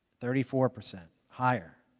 thirty four percent higher.